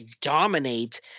dominate